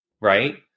right